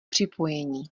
připojení